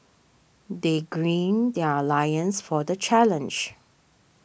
they green their lions for the challenge